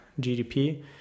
GDP